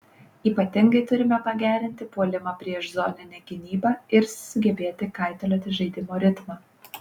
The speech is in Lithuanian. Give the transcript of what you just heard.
ypatingai turime pagerinti puolimą prieš zoninę gynybą ir sugebėti kaitalioti žaidimo ritmą